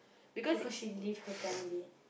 because she leave her family